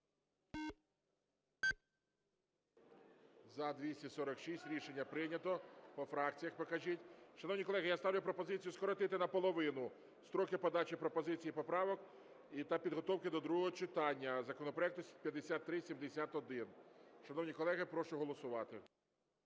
За-246 Рішення прийнято. По фракціях покажіть. Шановні колеги, я ставлю пропозицію скоротити наполовину строки подачі пропозицій і поправок та підготовки до другого читання законопроекту 5371. Шановні колеги, прошу голосувати.